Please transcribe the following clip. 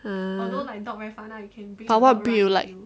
ah but what breed do you like